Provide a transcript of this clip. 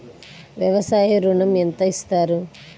వ్యవసాయ ఋణం ఎంత ఇస్తారు?